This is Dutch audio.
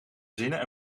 zinnen